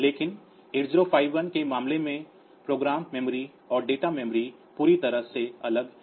लेकिन 8051 के मामले में प्रोग्राम मेमोरी और डेटा मेमोरी पूरी तरह से अलग हैं